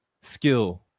skill